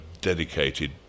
dedicated